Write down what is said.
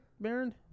Baron